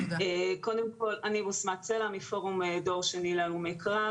אני מפורום דור שני להלומי קרב.